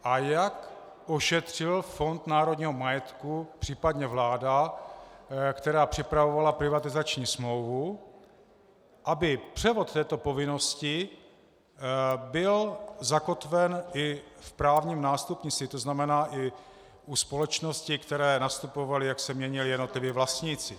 A jak ošetřil Fond národního majetku, případně vláda, která připravovala privatizační smlouvu, aby převod této povinnosti byl zakotven i v právním nástupnictví, tzn. i u společností, které nastupovaly, jak se měnili jednotliví vlastníci.